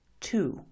Two